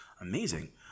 amazing